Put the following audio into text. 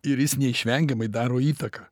ir jis neišvengiamai daro įtaką